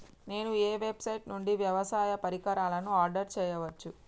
నేను ఏ వెబ్సైట్ నుండి వ్యవసాయ పరికరాలను ఆర్డర్ చేయవచ్చు?